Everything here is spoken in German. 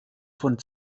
von